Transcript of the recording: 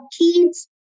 kids